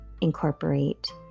incorporate